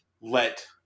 let